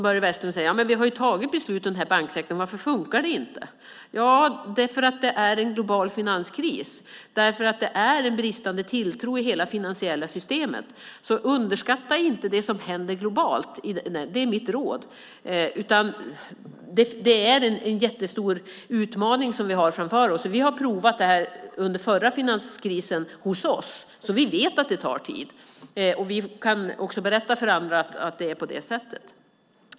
Börje Vestlund säger att vi ju har tagit beslut om banksektorn, så varför fungerar det inte? Det är för att det är en global finanskris. Det är en bristande tilltro i hela det finansiella systemet. Underskatta inte det som händer globalt. Det är mitt råd. Vi har en jättestor utmaning framför oss. Vi har provat detta hos oss under den förra finanskrisen, så vi vet att det tar tid. Vi kan också berätta för andra att det är på det sättet.